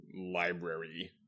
library